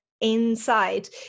inside